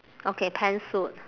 okay pantsuit